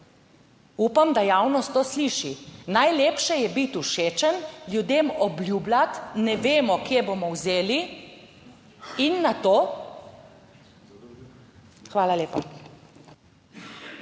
Upam, da javnost to sliši. Najlepše je biti všečen ljudem, obljubljati. Ne vemo, kje bomo vzeli. In nato? / oglašanje